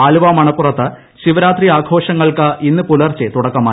ആലുവ മണപ്പുറത്ത് ശിവരാത്രി ആഘോഷങ്ങൾക്ക് ഇന്ന് പുലർച്ചെ തുടക്കമായി